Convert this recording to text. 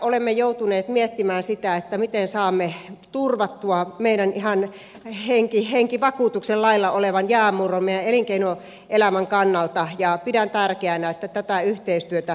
olemme joutuneet miettimään sitä miten saamme turvattua meidän ihan henkivakuutuksen lailla olevan jäänmurron meidän elinkeinoelämämme kannalta ja pidän tärkeänä että tätä yhteistyötä tehdään